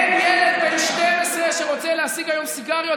אין ילד בן 12 שרוצה להשיג היום סיגריות,